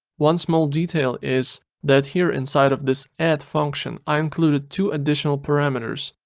one small detail is that here inside of this add function i included two additional parameters.